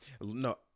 No